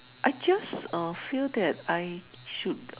I just uh feel that I should